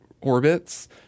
orbits